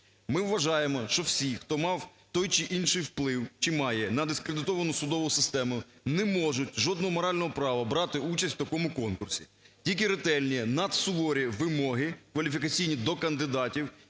Ми вважаємо, що всі, хто мав той чи інший вплив, чи має, на дискредитовану судову систему, не можуть жодного морального права брати участь у такому конкурсі. Тільки ретельні, надсуворі вимоги кваліфікаційні до кандидатів,